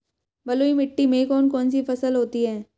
बलुई मिट्टी में कौन कौन सी फसल होती हैं?